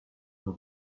nur